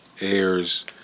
airs